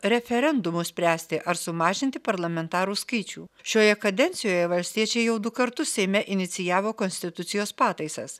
referendumu spręsti ar sumažinti parlamentarų skaičių šioje kadencijoje valstiečiai jau du kartus seime inicijavo konstitucijos pataisas